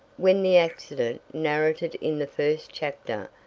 when the accident, narrated in the first chapter,